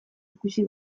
ikusi